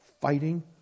fighting